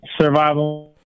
survival